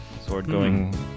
sword-going